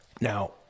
Now